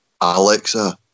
Alexa